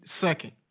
second